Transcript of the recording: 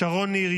שרון ניר,